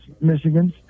Michigan's